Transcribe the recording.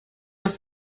ist